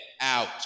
out